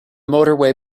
motorway